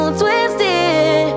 twisted